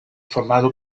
formado